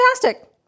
fantastic